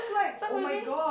so maybe